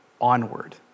onward